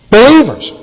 Believers